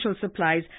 supplies